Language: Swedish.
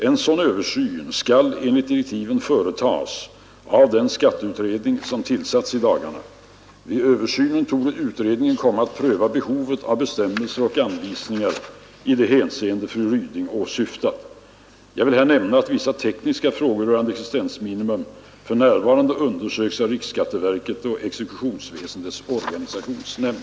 En sådan översyn skall enligt direktiven företas av den skatteutredning som tillsatts i dagarna. Vid översynen torde utredningen komma att pröva behovet av bestämmelser och anvisningar i de hänseenden fru Ryding åsyftat. Jag vill här nämna att vissa tekniska frågor rörande existensminimum för närvarande undersöks av riksskatteverket och exekutionsväsendets organisationsnämnd.